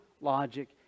logic